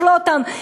לכלוא אותם,